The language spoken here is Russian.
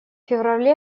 феврале